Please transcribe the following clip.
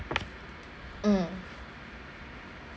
mm